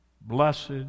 blessed